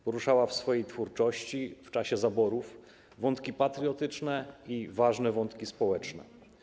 Poruszała w swojej twórczości w czasie zaborów wątki patriotyczne i ważne wątki społeczne.